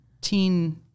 teen